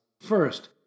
First